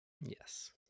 Yes